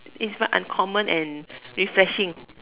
even uncommon and refreshing